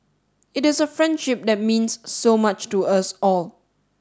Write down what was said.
it is a friendship that means so much to us all